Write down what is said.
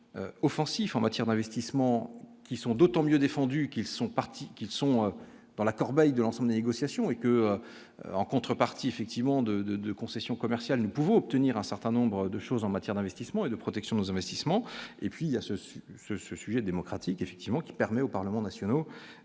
offensifs en matière d'investissements qui sont d'autant mieux défendu qu'ils sont partis, qui sont dans la corbeille de l'ensemble des négociations et que, en contrepartie, effectivement, de, de, de concessions commerciales, nous pouvons obtenir un certain nombre de choses en matière d'investissement et de protection nos investissements et puis il y a ce ce ce sujet démocratique effectivement qui permet aux parlements nationaux,